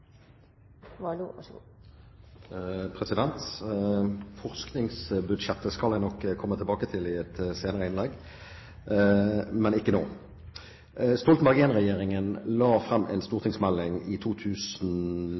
Forskningsbudsjettet skal jeg nok komme tilbake til i et senere innlegg, men ikke nå. Stoltenberg I-regjeringen la frem en stortingsmelding i